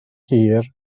hir